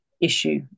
issue